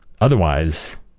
otherwise